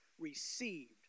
received